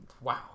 wow